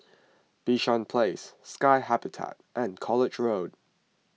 Bishan Place Sky Habitat and College Road